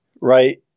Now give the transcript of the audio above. right